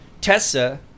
tessa